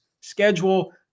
schedule